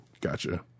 Gotcha